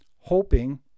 hoping